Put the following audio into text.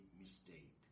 mistake